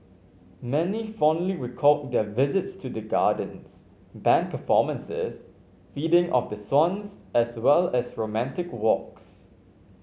many fondly recalled their visits to the gardens band performances feeding of the swans as well as romantic walks